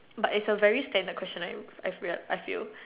but it's a very standard question lah I I feel like I feel